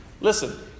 Listen